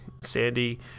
Sandy